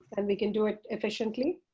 and we can do it efficiently.